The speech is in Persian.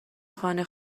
خانه